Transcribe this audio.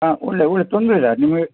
ಹಾಂ ಒಳ್ಳೆಯ ಒಳ್ಳೆಯ ತೊಂದರೆಯಿಲ್ಲ ನಿಮಗೆ